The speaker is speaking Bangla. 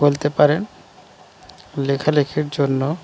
বলতে পারেন লেখালেখির জন্য